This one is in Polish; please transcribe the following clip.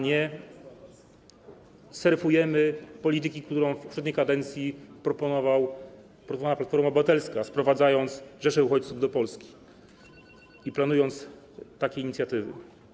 Nie serwujemy polityki, którą w poprzedniej kadencji proponowała Platforma Obywatelska, sprowadzając rzeszę uchodźców do Polski i planując takie inicjatywy.